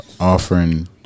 offering